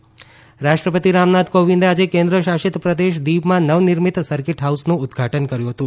રાષ્ટ્રપતિ દીવ રાષ્ટ્રપતિ રામનાથ કોંવિદે આજે કેન્દ્ર શાસિત પ્રદેશ દીવમાં નવનિર્મિત સરકીટ હાઉસનું ઉદઘાટન કર્યું હતું